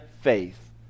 faith